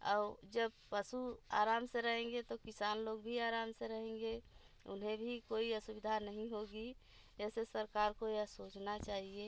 और जब पशु आराम से रहेंगे तो किसान लोग भी आराम से रहेंगे उन्हें भी कोई असुविधा नहीं होगी ऐसे सरकार को यह सोचना चाहिए